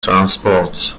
transports